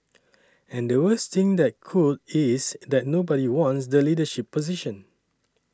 and the worst thing that could is that nobody wants the leadership position